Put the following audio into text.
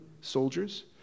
soldiers